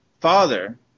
father